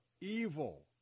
evil